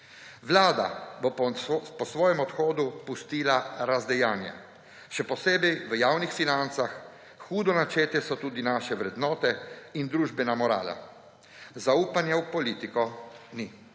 Vlada bo po svojem odhodu pustila razdejanje še posebej v javnih financah, hudo načete so tudi naše vrednote in družbena morala, zaupanja v politiko ni.